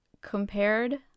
compared